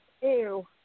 Ew